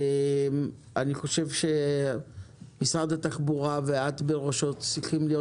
אני חושב שמשרד התחבורה ואת בראשו צריכים להיות